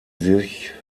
sich